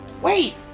Wait